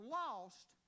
lost